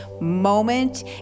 moment